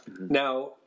now